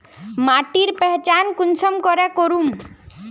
माटिर पहचान कुंसम करे करूम?